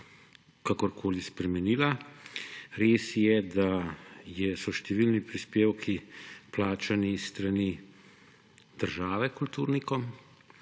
kakorkoli spremenila. Res je, da so številni prispevki plačani s strani države kulturnikom,